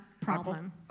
problem